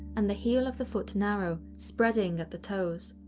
and the heel of the foot narrow, spreading at the toes.